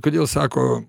kodėl sako